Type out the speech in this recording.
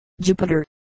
Jupiter